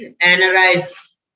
Analyze